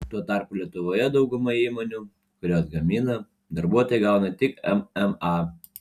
tuo tarpu lietuvoje dauguma įmonių kurios gamina darbuotojai gauna tik mma